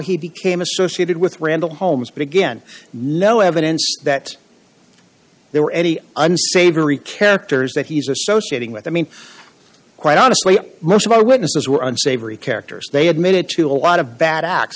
he became associated with randall holmes but again no evidence that there were any unsavory characters that he's associating with i mean quite honestly most of our witnesses were unsavory characters they admitted to a lot of bad acts